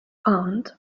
aunt